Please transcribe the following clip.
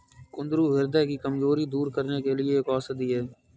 कुंदरू ह्रदय की कमजोरी दूर करने के लिए एक औषधि है